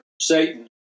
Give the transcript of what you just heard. Satan